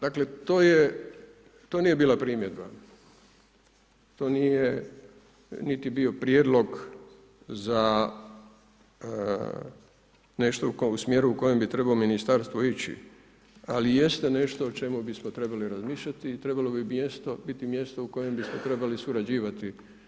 Dakle, to nije bila primjedba, to nije niti bio prijedlog za nešto u smjeru u kojem bi trebao Ministarstvo ići, ali jeste nešto o čemu bismo trebali razmišljati i trebalo bi mjesto biti mjesto u kojem bismo trebali surađivati.